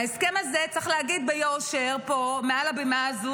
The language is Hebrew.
ההסכם הזה, צריך להגיד ביושר מעל הבמה הזו,